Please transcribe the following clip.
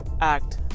act